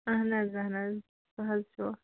اَہَن حظ اَہَن حظ سُہ حظ چھُ